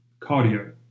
Cardio